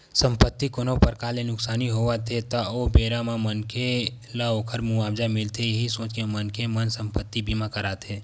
संपत्ति कोनो परकार ले नुकसानी होवत हे ता ओ बेरा म मनखे ल ओखर मुवाजा मिलथे इहीं सोच के मनखे मन संपत्ति बीमा कराथे